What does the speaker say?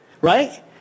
right